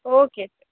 okay okay